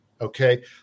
Okay